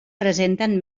presenten